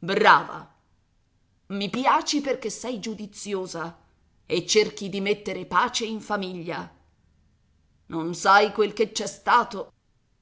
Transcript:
brava mi piaci perché sei giudiziosa e cerchi di metter pace in famiglia non sai quel che c'è stato